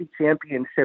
Championship